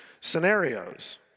scenarios